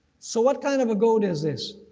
so what kind of a goat is this?